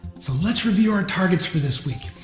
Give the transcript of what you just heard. so let's review our targets for this week.